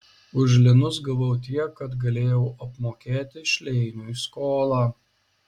už linus gavau tiek kad galėjau apmokėti šleiniui skolą